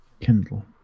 Kindle